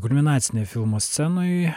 kulminacinėj filmo scenoj